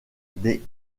des